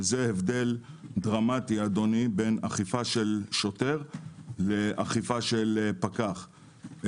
וזה הבדל דרמטי בין אכיפה של שוטר ואכיפה של פקח.